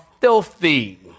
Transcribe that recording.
filthy